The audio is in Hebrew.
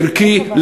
ערכי,